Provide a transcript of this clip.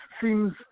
seems